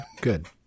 good